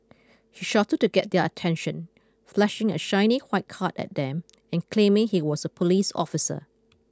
he shouted to get their attention flashing a shiny white card at them and claiming he was a police officer